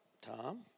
Tom